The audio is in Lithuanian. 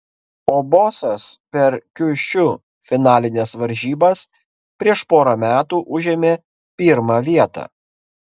o bosas per kiušiu finalines varžybas prieš porą metų užėmė pirmą vietą